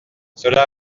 cela